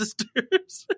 sisters